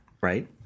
right